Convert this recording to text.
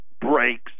breaks